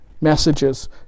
messages